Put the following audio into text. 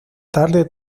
tarde